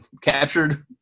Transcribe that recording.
captured